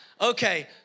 Okay